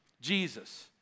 Jesus